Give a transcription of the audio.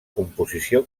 composició